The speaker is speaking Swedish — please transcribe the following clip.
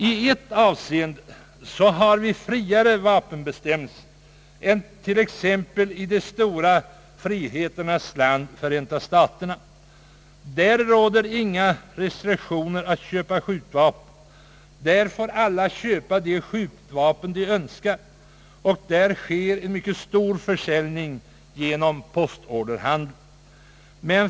I ett avseende har vi friare vapenbestämmelser än i t.ex. de stora friheternas land, Förenta staterna. Där råder inga restriktioner när det gäller att köpa skjutvapen. Alla får köpa de skjutvapen de önskar, och en mycket stor försäljning sker genom postorderhandeln.